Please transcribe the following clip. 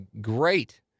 great